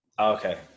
Okay